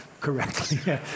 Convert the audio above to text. correctly